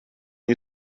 you